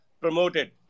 promoted